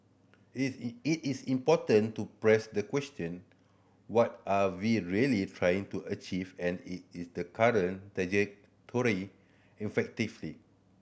it it is important to press the question what are we really trying to achieve and it is the current trajectory effectively